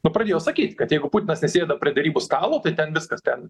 nu pradėjo sakyt kad jeigu putinas nesėda prie derybų stalo tai ten viskas ten